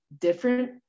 different